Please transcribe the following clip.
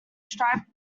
stripe